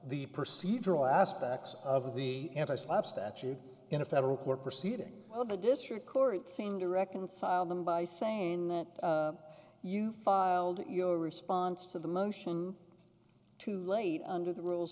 the procedural aspects of the end i slap statute in a federal court proceeding of the district court seem to reconcile them by saying that you filed your response to the motion to late under the rules